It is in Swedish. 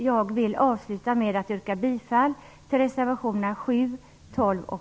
Jag avslutar med att yrka bifall till reservationerna 7, 12 och